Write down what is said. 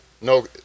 No